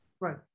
right